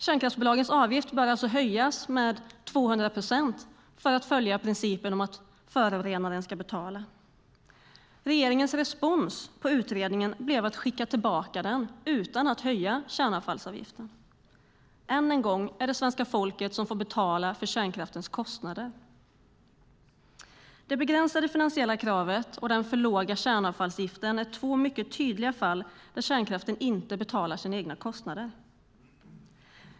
Kärnkraftsbolagens avgift bör alltså höjas med 200 procent för att följa principen att förorenaren ska betala. Regeringens respons på utredningen blev att skicka tillbaka den utan att höja kärnavfallsavgiften. Ännu en gång är det svenska folket som får betala för kärnkraftens kostnader. Det begränsade finansiella kravet och den för låga kärnavfallsavgiften är två tydliga fall där kärnkraften inte betalar sina egna kostnader.